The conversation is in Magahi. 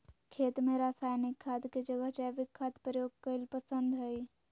खेत में रासायनिक खाद के जगह जैविक खाद प्रयोग कईल पसंद हई